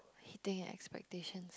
he think at expectations